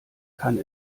kann